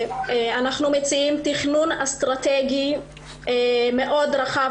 אנחנו מציעים תכנון אסטרטגי רחב מאוד